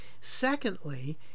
secondly